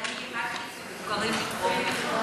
אני רק רוצה לומר לך שאני לימדתי מבוגרים לקרוא ולכתוב.